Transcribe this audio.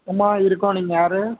ஆமாம் இருக்கோம் நீங்கள் யாரு